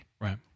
right